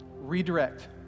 redirect